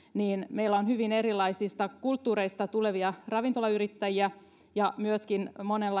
meillä on hyvin erilaisista kulttuureista tulevia ravintolayrittäjiä ja myöskin